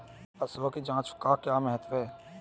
पशुओं की जांच का क्या महत्व है?